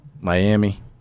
Miami